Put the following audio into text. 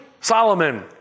Solomon